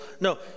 no